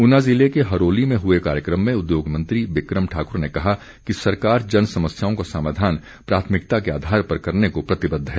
ऊना ज़िले के हरोली में हुए कार्यक्रम में उद्योग मंत्री बिक्रम ठाकुर ने कहा कि सरकार जन समस्याओं का समाधान प्राथमिकता के आधार पर करने को प्रतिबद्ध है